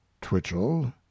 Twitchell